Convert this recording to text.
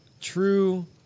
true